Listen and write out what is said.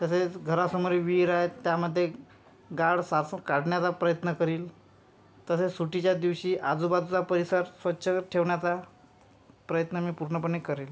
तसेच घरासमोरही विहीर आहे त्यामध्ये गाळ साफ काढण्याचा प्रयत्न करील तसेच सुट्टीच्या दिवशी आजूबाजूचा परिसर स्वच्छ ठेवण्याचा प्रयत्न मी पूर्णपणे करेल